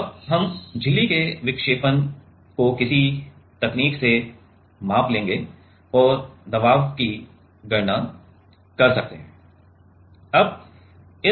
और हम झिल्ली के इस विक्षेपण को किसी तकनीक से माप लेंगे और दबाव की गणना कर सकते हैं